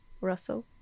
russell